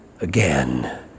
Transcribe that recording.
again